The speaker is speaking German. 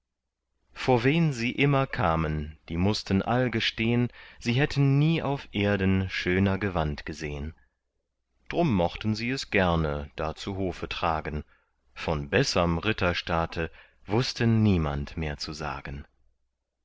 vor wen sie immer kamen die mußten all gestehn sie hätten nie auf erden schöner gewand gesehn drum mochten sie es gerne da zu hofe tragen von besserm ritterstaate wußte niemand mehr zu sagen